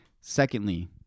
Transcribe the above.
Secondly